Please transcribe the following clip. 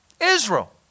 Israel